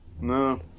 no